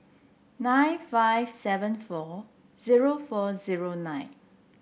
nine five seven four zero four zero nine